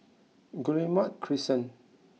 Guillemard Crescent